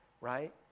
right